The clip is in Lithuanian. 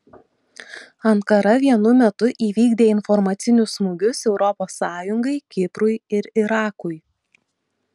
ankara vienu metu įvykdė informacinius smūgius europos sąjungai kiprui ir irakui